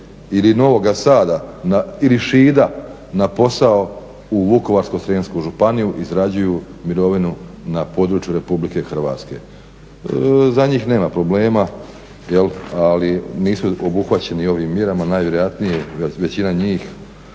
ili Novoga Sada ili Šida na posao u Vukovarsko-srijemsku županiju, i zarađuju mirovinu na području RH. Za njih nema problema, ali nisu obuhvaćeni ovim mjerama, najvjerojatnije, većina njih,